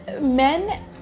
men